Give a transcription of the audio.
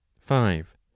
five